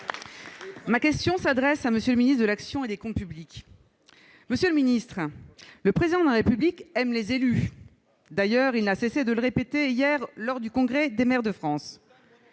Ma question s'adresse à M. le ministre de l'action et des comptes publics. Monsieur le ministre, le Président de la République aime les élus- d'ailleurs, il n'a cessé de le répéter hier, lors du congrès des maires de France